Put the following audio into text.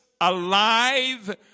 alive